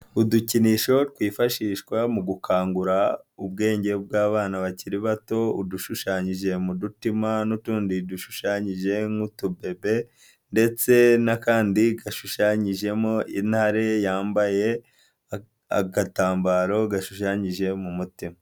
Udukinisho twifashishwa mu gukangura, ubwenge bw'abana bakiri bato udushushanyije mu dutima n'utundi dushushanyije nk'utubebe, ndetse n'akandi gashushanyijemo intare yambaye, agatambaro gashushanyije mu mutima.